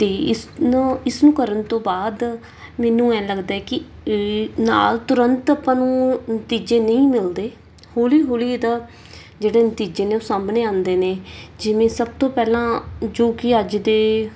ਅਤੇ ਇਸਨੂੰ ਇਸਨੂੰ ਕਰਨ ਤੋਂ ਬਾਅਦ ਮੈਨੂੰ ਐਂ ਲੱਗਦਾ ਕਿ ਨਾਲ ਤੁਰੰਤ ਆਪਾਂ ਨੂੰ ਨਤੀਜੇ ਨਹੀਂ ਮਿਲਦੇ ਹੌਲੀ ਹੌਲੀ ਇਹਦਾ ਜਿਹੜੇ ਨਤੀਜੇ ਨੇ ਉਹ ਸਾਹਮਣੇ ਆਉਂਦੇ ਨੇ ਜਿਵੇਂ ਸਭ ਤੋਂ ਪਹਿਲਾਂ ਜੋ ਕਿ ਅੱਜ ਦੇ